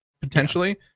potentially